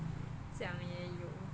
讲也有